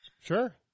Sure